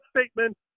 statement